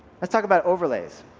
let's talk about overlays.